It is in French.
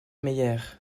meyer